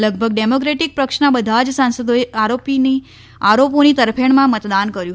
લગભગ ડેમોક્રેટીક પક્ષના બધા જ સાંસદોએ આરોપોની તરફેણમાં મતદાન કર્યું હતું